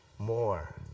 More